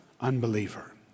unbeliever